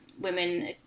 women